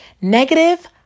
Negative